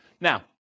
Now